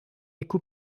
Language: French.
éco